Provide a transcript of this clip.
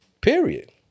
Period